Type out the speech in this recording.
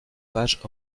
pages